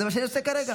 זה מה שאני עושה כרגע.